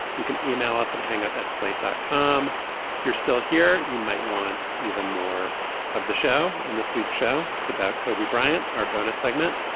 you can e-mail us at hang-up at slate dot com if you're still here. you might want even more of the show and this week's show. it's about kobe bryant, our bonus segment.